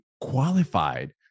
qualified